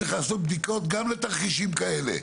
צריך לעשות בדיקות גם לתרחישים כאלה.